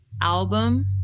album